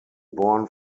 born